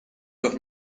los